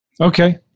Okay